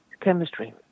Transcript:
chemistry